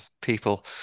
people